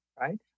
right